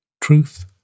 truth